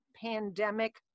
pandemic